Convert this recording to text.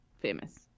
famous